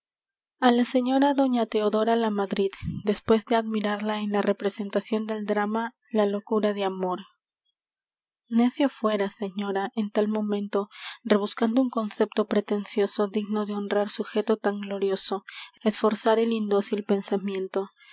á la señora doña teodora lamadrid despues de admirarla en la representacion del drama la locura de amor necio fuera señora en tal momento rebuscando un concepto pretencioso digno de honrar sujeto tan glorioso esforzar el indócil pensamiento